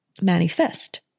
manifest